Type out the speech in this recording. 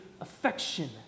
affection